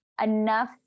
enough